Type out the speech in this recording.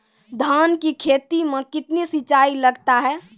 धान की खेती मे कितने सिंचाई लगता है?